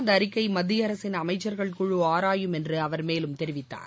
அந்த அறிக்கை மத்திய அரசின் அமைச்சர்கள் குழு ஆராயும் என்று அவர் மேலும் தெரிவித்தார்